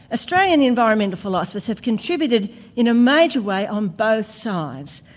australian environmental philosophers have contributed in a major way on both sides,